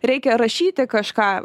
reikia rašyti kažką